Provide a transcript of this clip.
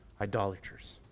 idolaters